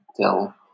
tell